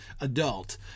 adult